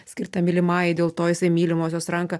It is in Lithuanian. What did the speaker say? skirta mylimai dėl to jisai mylimosios ranką